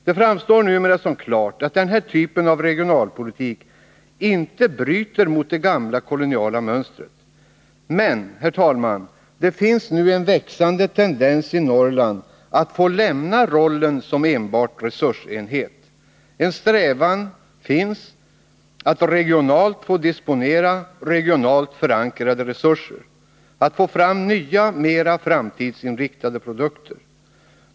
Det framstår numera som klart att denna typ av regionalpolitik inte bryter mot det gamla koloniala mönstret. Men det finns nu, herr talman, en växande tendens i Norrland att få lämna rollen som enbart resursenhet. En strävan finns att regionalt få disponera regionalt förankrade resurser, att få fram nya, mera framtidsinriktade produkter.